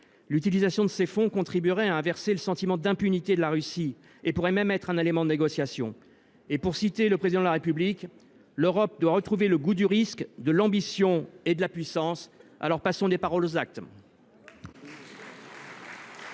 L’utilisation de ces fonds contribuerait à inverser le sentiment d’impunité de la Russie, et pourrait même être un élément de négociation. Permettez moi de citer le Président de la République :« L’Europe doit retrouver le goût du risque, de l’ambition et de la puissance. » Passons des paroles aux actes